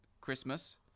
Christmas